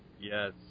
Yes